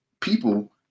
people